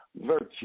virtue